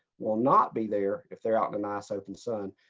will not be there if they're out in a nice open sun.